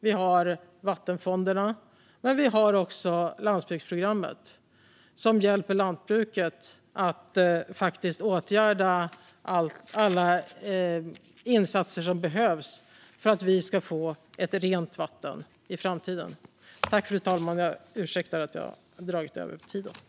Vi har vattenfonderna och landsbygdsprogrammet, som hjälper lantbruket att göra alla insatser som behövs för att vi ska få ett rent vatten i framtiden. Fru talman! Jag ber om ursäkt för att jag har dragit över den anmälda talartiden.